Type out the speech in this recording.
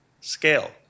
scale